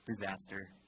disaster